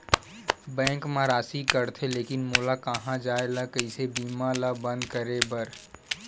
Bank मा राशि कटथे लेकिन मोला कहां जाय ला कइसे बीमा ला बंद करे बार?